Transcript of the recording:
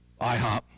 IHOP